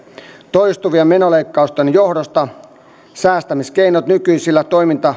toistuvien menoleikkausten johdosta säästämiskeinot nykyisillä